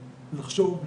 לחשוב,